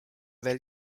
veel